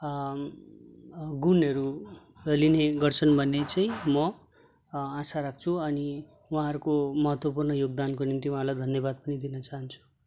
गुणहरू लिने गर्छन् भने चाहिँ म आशा राख्छु अनि उहाँहरूको महत्त्वपूर्ण योगदानको निम्ति उहाँहरूलाई धन्यवाद पनि दिन चाहन्छु